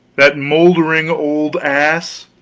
that maundering old ass?